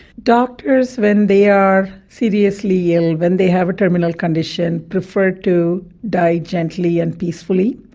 doctors when they are seriously ill, when they have a terminal condition, prefer to die gently and peacefully.